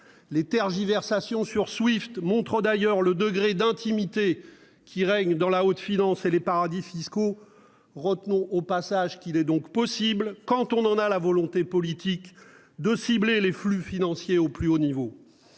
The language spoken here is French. Les tergiversations sur Swift montrent d'ailleurs le degré d'intimité qui règne dans la haute finance et les paradis fiscaux. Retenons au passage qu'il est donc possible, quand on en a la volonté politique, de cibler les flux financiers au plus haut niveau.